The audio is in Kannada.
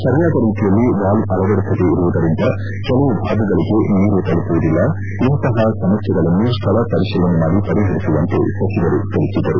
ಸರಿಯಾದ ರೀತಿಯಲ್ಲಿ ವಾಲ್ತ್ ಅಳವಡಿಸದೇ ಇರುವುದರಿಂದ ಕೆಲವು ಭಾಗಗಳಿಗೆ ನೀರು ತಲುಪುವುದಿಲ್ಲ ಇಂತಹ ಸಮಸ್ಥೆಗಳನ್ನು ಸ್ವಳ ಪರಿಶೀಲನೆ ಮಾಡಿ ಪರಿಹರಿಸುವಂತೆ ಸಚಿವರು ತಿಳಿಸಿದರು